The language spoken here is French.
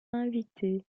invitée